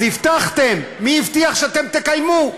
אז הבטחתם, מי הבטיח שאתם תקיימו?